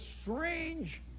strange